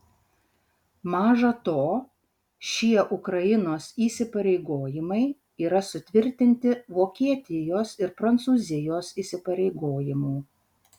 maža to šie ukrainos įsipareigojimai yra sutvirtinti vokietijos ir prancūzijos įsipareigojimų